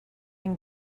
been